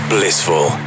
Blissful